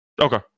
Okay